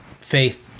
faith